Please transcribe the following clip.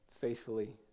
faithfully